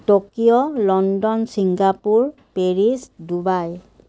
Tokyo London Singapore Paris Dubai